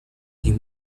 you